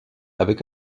avec